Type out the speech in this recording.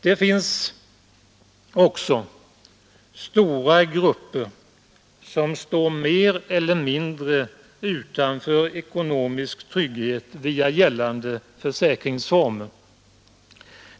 Det finns också stora grupper som står mer eller mindre utanför ekonomisk trygghet via gällande försäkringsformer.